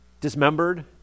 dismembered